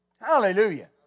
Hallelujah